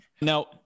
Now